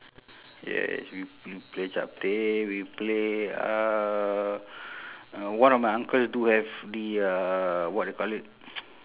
yes we we play chapteh we play uh uh one of my uncles do have the uh what you call it